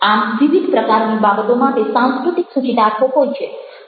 આમ વિવિધ પ્રકારની બાબતો માટે સાંસ્કૃતિક સૂચિતાર્થો હોય છે